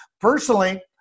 personally